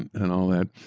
and all that,